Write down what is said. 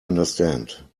understand